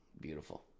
Beautiful